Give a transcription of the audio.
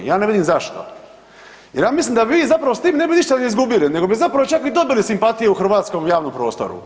Ja ne vidim zašto jer ja mislim da vi zapravo s tim ništa ne bi izgubili nego bi zapravo čak i dobili simpatije u hrvatskom javnom prostoru.